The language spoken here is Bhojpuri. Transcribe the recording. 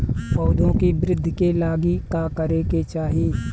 पौधों की वृद्धि के लागी का करे के चाहीं?